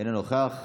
אינו נוכח,